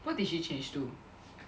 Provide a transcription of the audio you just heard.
what did she change to